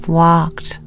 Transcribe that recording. walked